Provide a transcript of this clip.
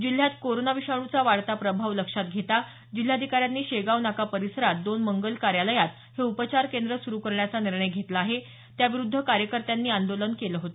जिल्ह्यात कोरोना विषाणूचा वाढता प्रभाव लक्षात घेता जिल्हाधिकाऱ्यांनी शेगाव नाका परिसरात दोन मंगल कार्यालयांत हे उपचार केंद्र सुरू करण्याचा निर्णय घेतला आहे त्याविरुद्ध कार्यकर्त्यांनी आंदोलन केलं होत